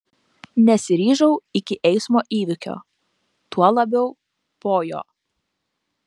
nesiryžau iki eismo įvykio tuo labiau po jo